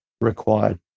required